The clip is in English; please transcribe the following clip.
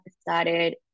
started